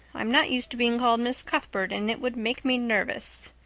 i'm not used to being called miss cuthbert and it would make me nervous.